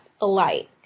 alike